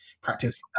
practice